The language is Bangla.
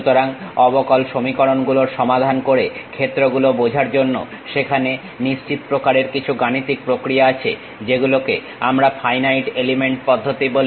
সুতরাং অবকল সমীকরণগুলোর সমাধান করে ক্ষেত্রগুলো বোঝার জন্য সেখানে নিশ্চিত প্রকারের কিছু গাণিতিক প্রক্রিয়া আছে যেগুলোকে আমরা ফাইনাইট এলিমেন্ট পদ্ধতি বলি